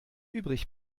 übrig